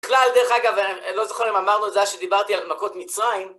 בכלל, דרך אגב, לא זוכר אם אמרנו את זה אשר דיברתי על מכות מצרים.